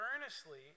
earnestly